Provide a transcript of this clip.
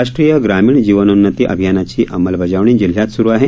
राष्ट्रीय ग्रामीण जीवनोन्नती अभियानाची अंमलबजावणी जिल्ह्यात सुरू आहे